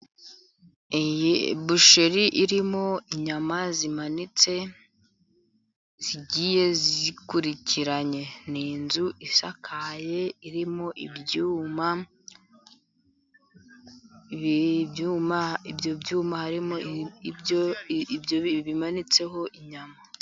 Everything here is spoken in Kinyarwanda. Iyi busheri irimo inyama zimanitse zigiye zikurikiranye, ni inzu isakaye irimo ibyuma , ibyo byuma harimo ibyo bimanitseho inyama.